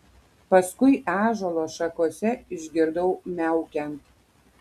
paskui ąžuolo šakose išgirdau miaukiant